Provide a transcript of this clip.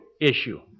issue